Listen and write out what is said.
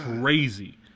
crazy